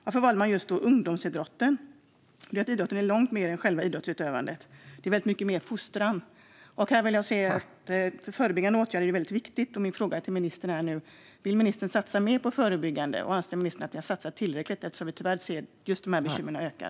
Varför valde man just ungdomsidrotten? Den bidrar till långt mer än själva idrottsutövandet. Det är mycket mer fostran. Förebyggande åtgärder är ju viktiga. Vill ministern satsa mer på förebyggande, eller anser ministern att man har satsat tillräckligt? Tyvärr ser vi ju att just dessa bekymmer ökar.